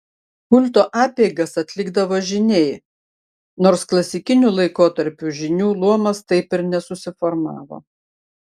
kulto apeigas atlikdavo žyniai nors klasikiniu laikotarpiu žynių luomas taip ir nesusiformavo